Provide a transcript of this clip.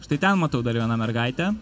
štai ten matau dar viena mergaitė